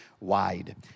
wide